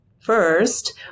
first